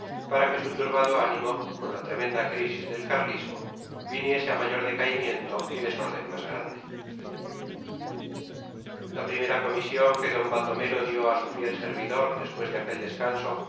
para que su turbado ánimo con la tremenda crisis del carlismo viniese a mayor decaimiento y desorden más grande la primera comisión que d baldomero dio a su fiel servidor después de aquel descanso